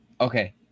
Okay